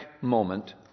moment